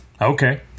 Okay